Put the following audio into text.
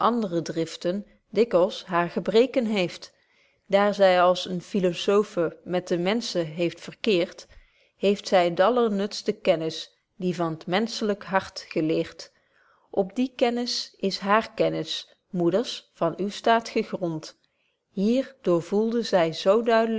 de opvoeding dikwyls haar gebreken heeft daar zy als een philosophe met de menschen heeft verkeert heeft zy d'allernutste kennis die van t menschlyk hart geleerd op die kennis is haar kennis moeders van uw staat gegrond hier door voelde zy zo